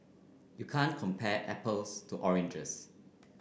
you can't compare apples to oranges